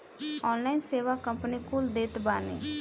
online सेवा company कुल देत बानी